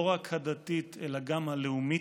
לא רק הדתית אלא גם הלאומית,